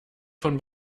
von